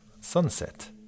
Sunset